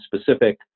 specific